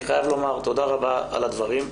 תודה רבה על הדברים.